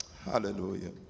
hallelujah